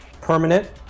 permanent